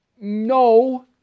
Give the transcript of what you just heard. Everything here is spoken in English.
No